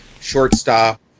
shortstop